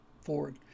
forward